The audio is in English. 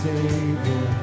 Savior